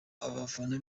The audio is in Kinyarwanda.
abafana